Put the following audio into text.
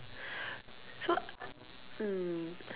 so mm